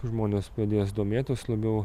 žmonės pradės domėtis labiau